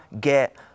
get